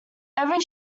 every